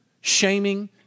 shaming